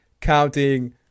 counting